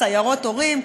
סיירות הורים,